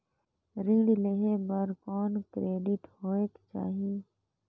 ऋण लेहे बर कौन क्रेडिट होयक चाही?